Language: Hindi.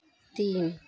तीन